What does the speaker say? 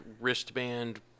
wristband